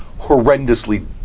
horrendously